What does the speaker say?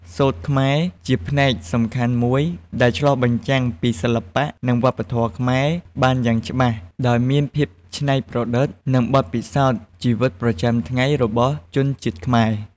សូត្រខ្មែរ ជាផ្នែកសំខាន់មួយដែលឆ្លុះបញ្ចាំងពីសិល្បៈ និងវប្បធម៌ខ្មែរបានយ៉ាងច្បាស់ ដោយមានភាពច្នៃប្រឌិត និងបទពិសោធន៍ជីវិតប្រចាំថ្ងៃរបស់ជនជាតិខ្មែរ។